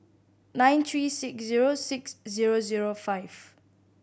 nine three six zero six zero zero five